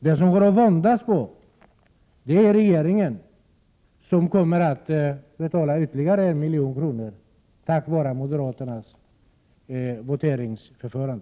Den som har att våndas är regeringen, som kommer att betala ytterligare 1 milj.kr. tack vare moderaternas voteringsförfarande.